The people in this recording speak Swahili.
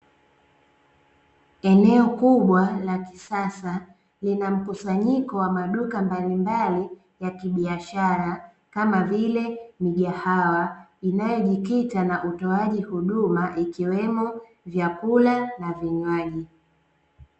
Eneo kubwa la kisasa lina mkusanyiko wa maduka mbalimbali ya kibiashara, kama vile; migahawa, inayojikita na utoaji huduma, ikiwemo; vyakula na vinywaji.